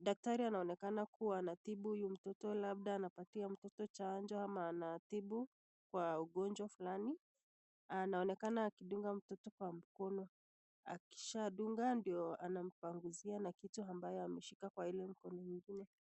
Daktari anaonekana kuwa anatibu huyu mtoto. Labda anapatia mtoto chanjo ama anatibu kwa ugonjwa fulani. Anaonekana akidunga mtoto kwa mkono. Akishadunga ndio anampangusia na kitu ambayo ameshika kwa ile mkono mwingine.